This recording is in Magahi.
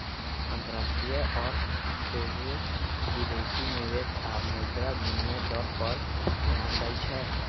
अंतरराष्ट्रीय अर्थ सोझे विदेशी निवेश आऽ मुद्रा विनिमय दर पर ध्यान देइ छै